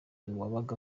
uwabaga